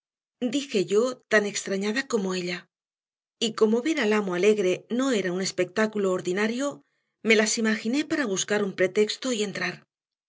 dije yo tan extrañada como ella y como ver al amo alegre no era un espectáculo ordinario me las imaginé para buscar un pretexto y entrar